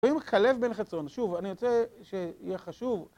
רואים? כלב בן חצרון. שוב, אני רוצה שיהיה חשוב